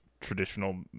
traditional